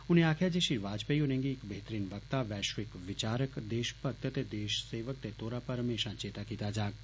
उनें आक्खेआ जे श्री वाजपेयी होरें गी इक्क बेहतरीन प्रवक्ता वैश्विक विचार देशभक्त ते देश सेवक दे तौरा पर म्हेशा चेता कीता जाग